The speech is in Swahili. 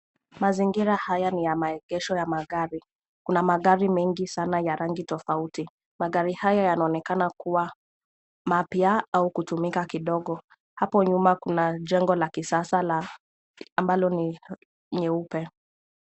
Mazingira haya ni ya maegesho ya magari, kuna magari mengi sana ya rangi tofauti. Magari haya yanaonekana kuwa mapya au kutumika kidogo. Hapo nyuma kuna jengo la kisasa ambalo ni nyeupe.